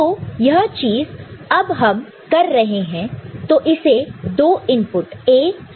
तो यह चीज अब हम कर रहे हैं तो इसे दो इनपुट A और B है